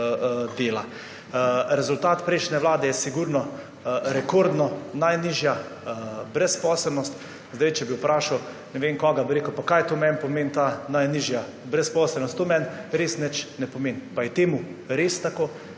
Rezultat prejšnje vlade je sigurno rekordno najnižja brezposelnost. Če bi vprašal ne vem koga, bi rekel, pa kaj meni pomeni ta najnižja brezposelnost, to meni res nič ne pomeni. Pa je to res tako?